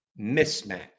mismatch